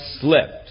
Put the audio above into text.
slipped